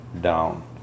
down